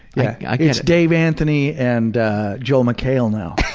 yeah like it's dave anthony and joel mchale now.